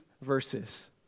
verses